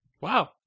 Wow